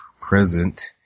present